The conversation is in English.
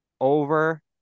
Over